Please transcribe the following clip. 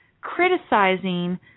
criticizing